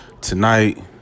tonight